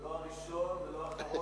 הוא לא הראשון ולא האחרון